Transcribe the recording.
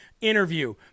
interview